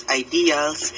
ideals